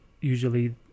usually